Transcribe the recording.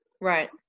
Right